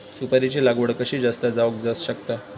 सुपारीची लागवड कशी जास्त जावक शकता?